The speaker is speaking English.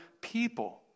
people